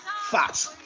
fat